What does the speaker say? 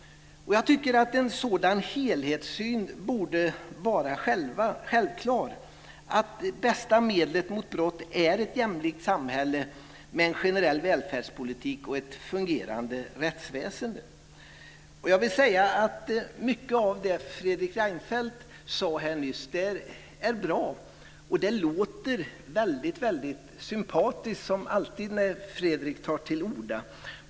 Jag tycker att en sådan helhetssyn borde vara självklar, att det bästa medlet mot brott är ett jämlikt samhälle med en generell välfärdspolitik och ett fungerande rättsväsende. Mycket av det som Fredrik Reinfeldt nyss sade är bra, och det låter väldigt sympatiskt som alltid när Fredrik Reinfeldt tar till orda.